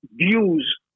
views